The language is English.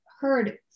heard